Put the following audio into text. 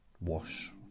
wash